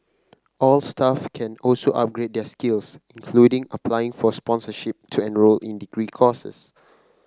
all staff can also upgrade their skills including applying for sponsorship to enrol in degree courses